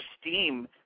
steam